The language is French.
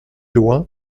loin